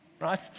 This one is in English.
right